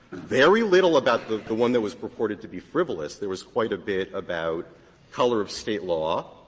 very little about the the one that was purported to be frivolous. there was quite a bit about color of state law,